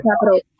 capital